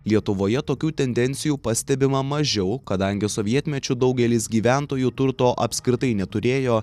lietuvoje tokių tendencijų pastebima mažiau kadangi sovietmečiu daugelis gyventojų turto apskritai neturėjo